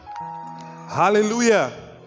Hallelujah